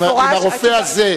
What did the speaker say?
במפורש התשובה,